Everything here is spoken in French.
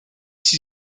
ses